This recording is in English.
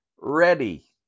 ready